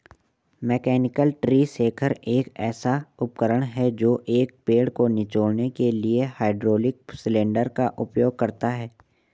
mechanical tree shaker एक ऐसा उपकरण है जो एक पेड़ को निचोड़ने के लिए हाइड्रोलिक सिलेंडर का उपयोग करता है